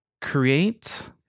create